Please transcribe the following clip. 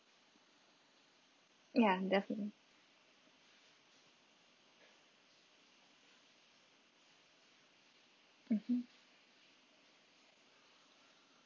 ya definitely mmhmm